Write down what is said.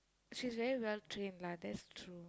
she's very well trained lah that's true